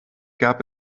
gab